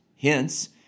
hence